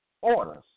orders